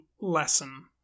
lesson